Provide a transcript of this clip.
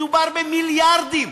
מדובר במיליארדים,